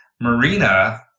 Marina